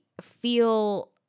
feel